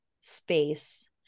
space